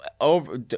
over